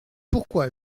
pourquoi